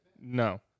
No